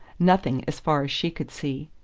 nothing, as far as she could see.